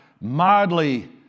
mildly